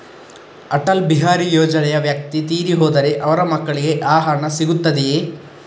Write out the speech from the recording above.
ಅಟಲ್ ಬಿಹಾರಿ ಯೋಜನೆಯ ವ್ಯಕ್ತಿ ತೀರಿ ಹೋದರೆ ಅವರ ಮಕ್ಕಳಿಗೆ ಆ ಹಣ ಸಿಗುತ್ತದೆಯೇ?